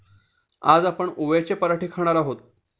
आज आपण ओव्याचे पराठे खाणार आहोत